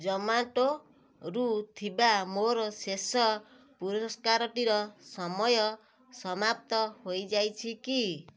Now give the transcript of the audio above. ଜୋମାଟୋରୁ ଥିବା ମୋର ଶେଷ ପୁରସ୍କାରଟିର ସମୟ ସମାପ୍ତ ହେଇଯାଇଛି କି